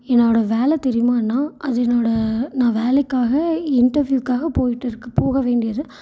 என்னோடய வேலை தெரியுமா அண்ணா அது என்னோடய நான் வேலைக்காக இன்டர்வியூக்காக போயிட்டு இருக்க போக வேண்டியது